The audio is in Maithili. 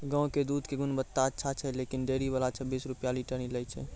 गांव के दूध के गुणवत्ता अच्छा छै लेकिन डेयरी वाला छब्बीस रुपिया लीटर ही लेय छै?